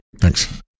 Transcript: thanks